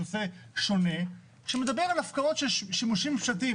נושא שונה שהוא מדבר על הפקעות של שימושים ממשלתיים.